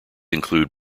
included